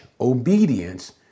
obedience